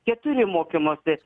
keturi mokymosi